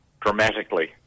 dramatically